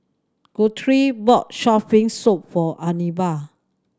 Guthrie bought Shark's Fin Soup for Anibal